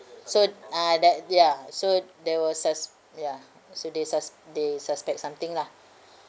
so uh that ya so they were sus~ ya so they sus~ they suspect something lah